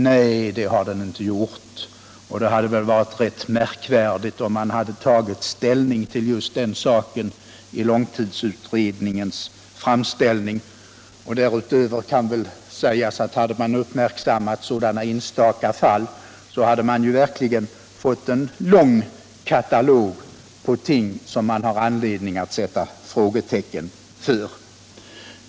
Nej, det har den inte gjort, och det hade väl varit rätt märkvärdigt om långtidsutredningen tagit ställning till just den saken i sitt betänkande. Hade den uppmärksammat sådana enstaka fall, hade man verkligen fått en lång katalog på ting som det är anledning att sätta frågetecken för.